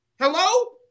Hello